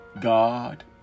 God